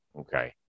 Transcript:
okay